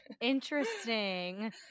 interesting